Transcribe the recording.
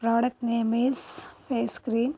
product name is face cream